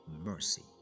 mercy